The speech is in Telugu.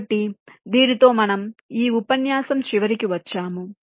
కాబట్టి దీనితో మనం ఈ ఉపన్యాసం చివరికి వచ్చాము